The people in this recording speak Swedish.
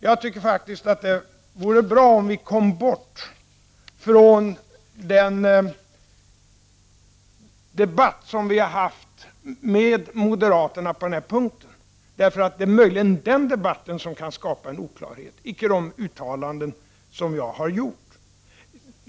Jag tycker faktiskt att det vore bra om vi kom bort från den debatt som vi har haft med moderaterna på denna punkt, därför att det möjligen är denna debatt som kan skapa oklarhet, inte de uttalanden som jag har gjort.